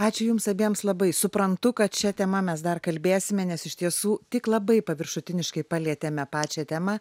ačiū jums abiems labai suprantu kad šia tema mes dar kalbėsime nes iš tiesų tik labai paviršutiniškai palietėme pačią temą